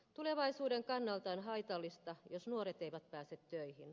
tulevaisuuden kannalta on haitallista jos nuoret eivät pääse töihin